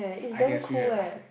I can swim very fast eh